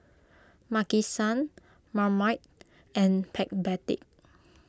Maki San Marmite and Backpedic